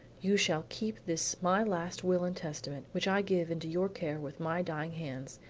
you shall keep this my last will and testament which i give into your care with my dying hands,